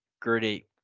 gritty